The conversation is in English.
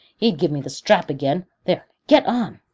he'd give me the strap again. there, get on.